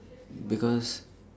because